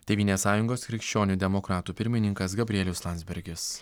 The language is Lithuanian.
tėvynės sąjungos krikščionių demokratų pirmininkas gabrielius landsbergis